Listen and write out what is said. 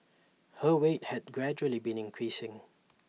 her weight has gradually been increasing